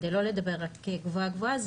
כדי לא לדבר רק גבוהה גבוהה,